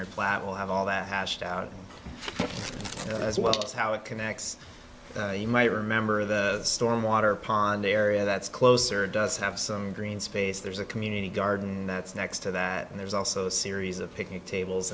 plat will have all that hashed out as well as how it connects you might remember the stormwater pond area that's closer it does have some green space there's a community garden that's next to that and there's also a series of picnic tables